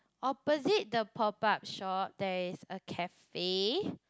opposite the pop up shop there is a cafe